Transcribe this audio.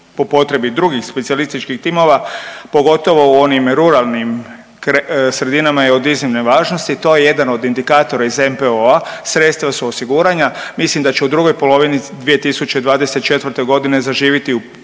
po potrebi drugih specijalističkih timova pogotovo u onim ruralnim sredinama je od iznimne važnosti. To je jedan od indikatora iz NPOO-a. Sredstva su osigurana. Mislim da će u drugoj polovici 2024. godine zaživjeti u